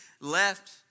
left